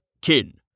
Kin